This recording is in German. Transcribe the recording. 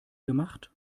gemacht